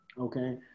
okay